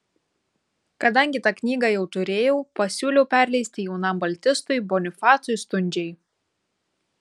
kadangi tą knygą jau turėjau pasiūliau perleisti jaunam baltistui bonifacui stundžiai